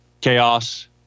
Chaos